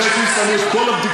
אחרי שיסיימו את כל הבדיקות,